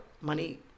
money